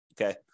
Okay